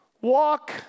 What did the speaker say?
Walk